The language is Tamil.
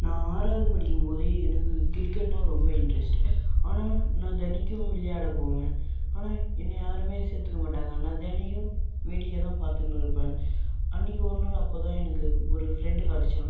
நான் ஆறாவது படிக்கும்போது எனக்கு கிரிக்கெட்னா ரொம்ப இன்ட்ரஸ்ட்டு ஆனால் நான் தினைக்கும் விளையாட போவேன் ஆனால் என்னைய யாருமே சேர்த்துக்க மாட்டாங்க நான் தினைக்கும் வேடிக்கை தான் பார்த்துன்னுருப்பேன் அன்றைக்கு ஒரு நாள் அப்போ தான் எனக்கு ஒரு ஃப்ரெண்டு கிடச்சான்